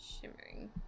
Shimmering